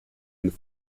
and